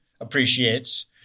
appreciates